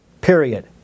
period